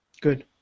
Good